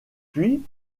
puis